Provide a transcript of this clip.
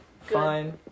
Fine